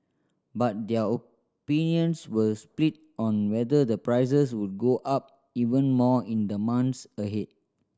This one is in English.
but their opinions were split on whether the prices would go up even more in the months ahead